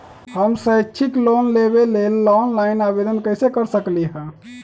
हम शैक्षिक लोन लेबे लेल ऑनलाइन आवेदन कैसे कर सकली ह?